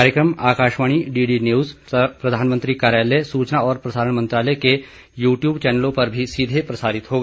कार्यक्रम आकाशवाणी डीडीन्यूज प्रधानमंत्री कार्यालय सूचना और प्रसारण मंत्रालय के यू ट्यूब चैनलों पर भी सीधे प्रसारित होगा